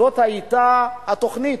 זאת היתה התוכנית.